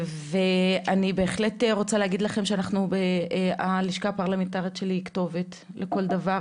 ואני בהחלט רוצה להגיד לכם שהלשכה הפרלמנטרית שלי היא כתובת לכל דבר,